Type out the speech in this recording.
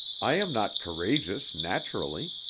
i am not courageous naturally.